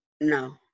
no